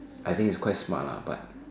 I think is quite smart lah but